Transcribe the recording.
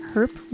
Herp